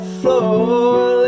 floor